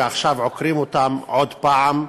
ועכשיו עוקרים אותן עוד פעם,